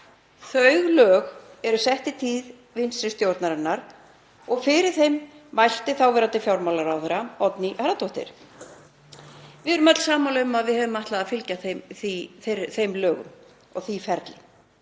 Þau lög voru sett í tíð vinstri stjórnarinnar og fyrir þeim mælti þáverandi fjármálaráðherra, Oddný Harðardóttir. Við erum öll sammála um að við höfum ætlað að fylgja þeim lögum og því ferli.